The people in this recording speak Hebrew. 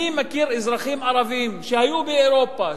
אני מכיר אזרחים ערבים שהיו באירופה,